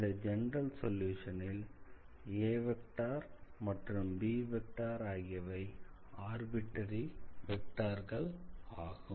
இந்த ஜெனரல் சொல்யூஷனில் aமற்றும் b ஆகியவை ஆர்பிட்டரி வெக்டார்கள் ஆகும்